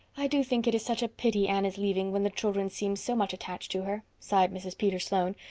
i do think it is such a pity anne is leaving when the children seem so much attached to her, sighed mrs. peter sloane,